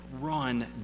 run